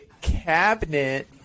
cabinet